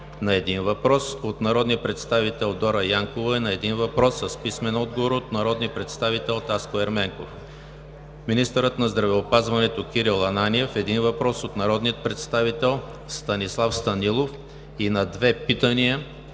на един въпрос от народния представител Дора Янкова; и на един въпрос с писмен отговор от народния представител Таско Ерменков; - министърът на здравеопазването Кирил Ананиев – на един въпрос от народния представител Станислав Станилов; и на две питания